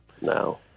No